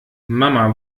mama